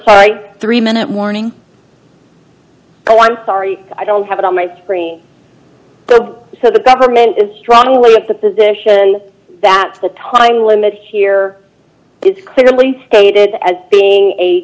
sorry three minute warning but i'm sorry i don't have it on my brain so the government is strongly at the position that the time limit here is clearly stated as being a